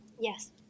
Yes